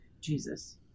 Jesus